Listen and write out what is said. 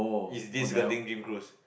it's this Genting dream cruise